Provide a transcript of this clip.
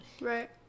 Right